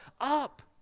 up